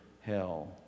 hell